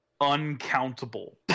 uncountable